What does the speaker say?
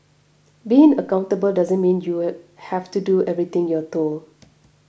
being accountable doesn't mean you it have to do everything you're told